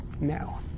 now